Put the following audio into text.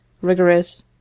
rigorous